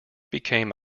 became